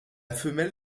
femelle